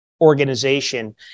organization